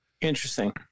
Interesting